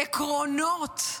עקרונות,